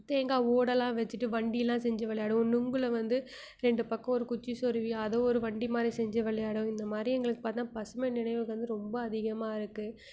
தேங்காய் ஓடெல்லாம் வச்சுட்டு வண்டியெலாம் செஞ்சு விளையாடுவோம் நுங்கில் வந்து ரெண்டு பக்கம் ஒரு குச்சி சொருகி அத ஒரு வண்டி மாதிரி செஞ்சு விளையாடுவோம் இந்தமாதிரி எங்களுக்கு பார்த்தினா பசுமை நினைவுகள் வந்து ரொம்ப அதிகமாக இருக்குது